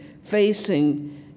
facing